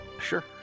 Sure